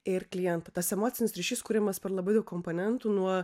ir klientų tas emocinis ryšys kuriamas per labai daug komponentų nuo